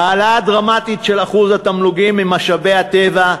העלאה דרמטית של אחוז התמלוגים ממשאבי הטבע,